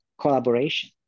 Collaboration